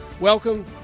Welcome